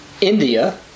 India